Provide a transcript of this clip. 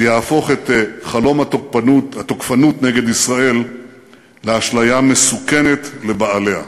שיהפוך את חלום התוקפנות נגד ישראל לאשליה מסוכנת לבעליה.